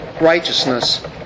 righteousness